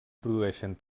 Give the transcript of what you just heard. produeixen